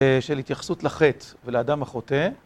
של התייחסות לחטא ולאדם החוטא.